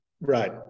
Right